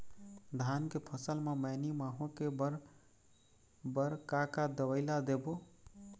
धान के फसल म मैनी माहो के बर बर का का दवई ला देबो?